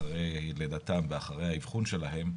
אחרי לידתם ואחרי האבחון שלהם,